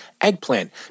eggplant